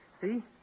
See